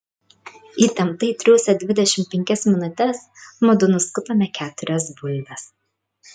įtemptai triūsę dvidešimt penkias minutes mudu nuskutome keturias bulves